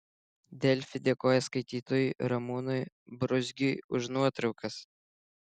delfi dėkoja skaitytojui ramūnui bruzgiui už nuotraukas